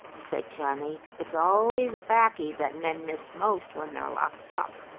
said johnnie. it's always baccy that men miss most when they're locked up.